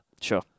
Sure